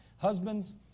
husbands